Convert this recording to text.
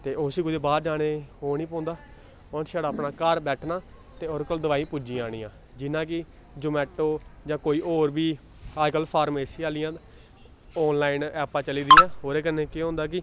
ते उस्सी कुतै बाह्र जाने दी ओह् निं पौंदा उ'न्न छड़ा अपने घर बैठना ते ओह्दे कोल दोआई पुज्जी जानी ऐ जि'यां कि जमैट्टो जां कोई होर बी अजकल्ल फार्मेसी आह्लियां न आनलाइन ऐपां चली दियां ओह्दे कन्नै केह् होंदा कि